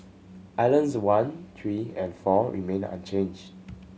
islands one three and four remained unchanged